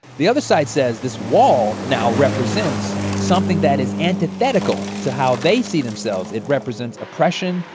the other side says, this wall now represents something that is antithetical to how they see themselves. it represents oppression,